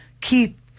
keep